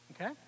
Okay